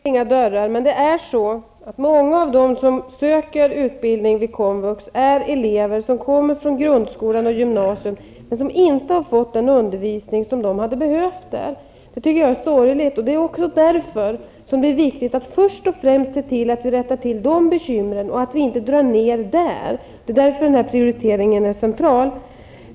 Herr talman! Vi stänger inga dörrar. Men många av dem som söker utbildning vid komvux är elever som kommer från grundskola och gymnasium, men som inte har fått den undervisning där som de hade behövt. Det tycker jag är sorgligt. Det är också därför som det är viktigt att först och främst se till att vi rättar till där och inte drar ned på resurserna. Det är därför den här prioriteringen är central.